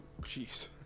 jeez